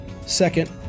Second